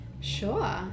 Sure